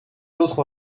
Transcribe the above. l’autre